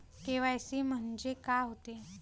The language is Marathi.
के.वाय.सी म्हंनजे का होते?